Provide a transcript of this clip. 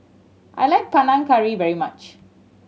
I like Panang Curry very much